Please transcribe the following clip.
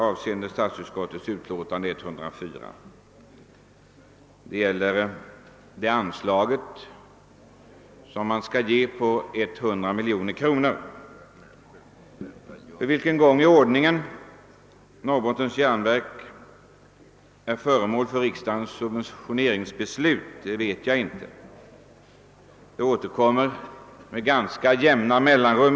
Det gäller det anslag på 100 miljoner kronor som nu skall ges till Norrbottens järnverk. För vilken gång i ordningen Norrbottens järnverk är föremål för riksdagens subventioneringsbeslut vet jag inte; sådana återkommer ju med ganska jämna mellanrum.